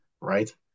right